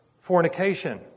fornication